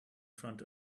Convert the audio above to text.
front